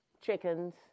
chickens